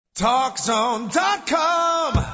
TalkZone.com